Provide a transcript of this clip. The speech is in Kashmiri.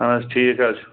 اَہَن حظ ٹھیٖک حظ چھُ